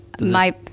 my-